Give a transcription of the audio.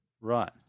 Right